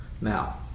Now